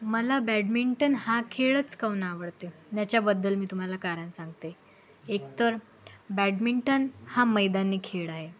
मला बॅडमिंटन हा खेळच काऊन आवडते याच्याबद्दल मी तुम्हाला कारण सांगते एकतर बॅडमिंटन हा मैदानी खेळ आहे